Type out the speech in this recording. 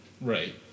Right